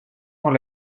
dans